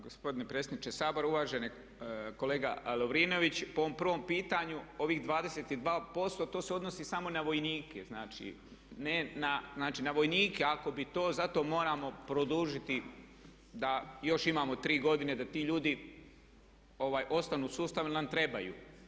Gospodine predsjedniče Sabora, uvaženi kolega Lovrinović po ovom prvom pitanju ovih 22% to se odnosi samo na vojnike, znači na vojnike, ako bi to, zato moramo produžiti da još imamo 3 godine da ti ljudi ostanu u sustavu jer nam trebaju.